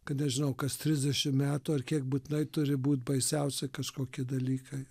kad nežinau kas trisdešimt metų ar kiek būtinai turi būt baisiausi kažkokie dalykai